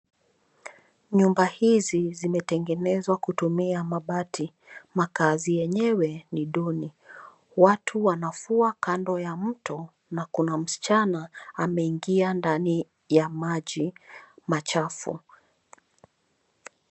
Nyumba hizi zimetengenezwa kutumia mabati. Makaazi yenyewe ni duni. Watu wanafua kando ya mto na kuna msichana ameingia ndani ya maji machafu.